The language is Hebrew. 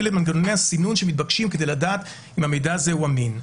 את מנגנוני הסינון שמתבקשים כדי לדעת אם המידע הזה הוא אמין.